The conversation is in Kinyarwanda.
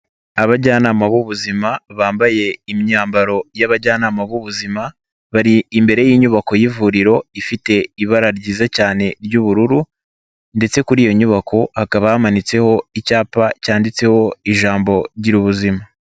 Abajyanama b'ubuzima bambaye imyambaro y'abajyanama b'ubuzima bari imbere y'inyubako y'ivuriro ifite ibara ryiza cyane ry'ubururu ndetse kuri iyo nyubako hakaba hamanitseho icyapa cyanditseho ijambo girazima.